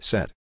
Set